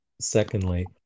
secondly